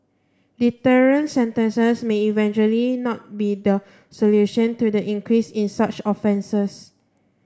deterrent sentences may eventually not be the solution to the increase in such offences